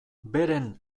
beren